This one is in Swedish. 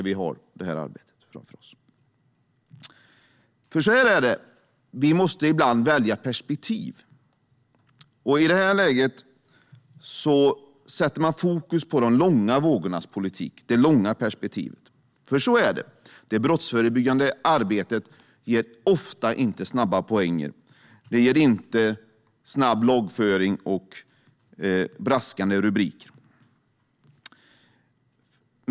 Vi måste ibland välja perspektiv, och i det här läget sätter vi fokus på det långa perspektivet, för det brottsförebyggande arbetet ger sällan snabba poänger. Det ger inte snabb lagföring och braskande rubriker.